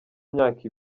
imyaka